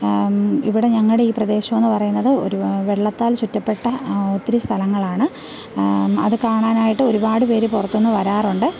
ഇവിടെ ഞങ്ങളുടെ ഈ പ്രദേശമെന്ന് പറയുന്നത് ഒരു വെള്ളത്താല് ചുറ്റപ്പെട്ട ഒത്തിരി സ്ഥലങ്ങളാണ് അത് കാണാനായിട്ട് ഒരുപാട് പേർ പുറത്തു നിന്ന് വരാറുണ്ട്